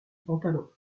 pantalon